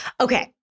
Okay